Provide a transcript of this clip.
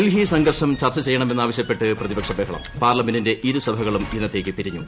ഡൽഹി സംഘർഷം ചർച്ച ചെയ്യണമെന്ന് ആവശ്യപ്പെട്ട് പ്രതിപക്ഷ ബഹളം പാർലമെന്റിന്റെ ഇരു സഭകളും ഇന്നത്തേക്ക് പിരിഞ്ഞു